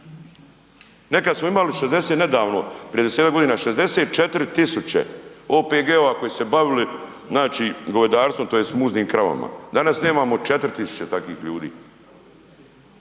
Nekad smo imali 60, nedavno prije 10-tak godina, 64 tisuće OPG-ova koji su se bavili znači govedarstvom, tj. muznim kravama. Danas nemamo 4 tisuće takvih ljudi.